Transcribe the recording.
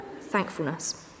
thankfulness